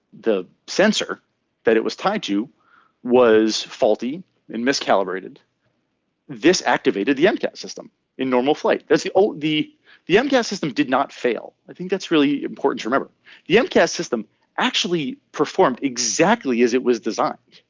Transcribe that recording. the sensor that it was tied to was faulty and mis calibrated this activated the mta system in normal flight. that's the old the the mta system did not fail. i think that's really important to remember the mta system actually performed exactly as it was designed.